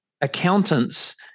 accountants